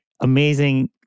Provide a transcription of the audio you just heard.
amazing